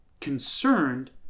concerned